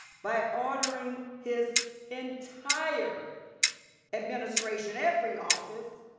by ordering his entire administration, every office,